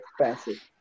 expensive